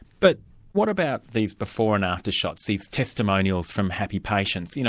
but what about these before-and-after shots, these testimonials from happy patients, you know,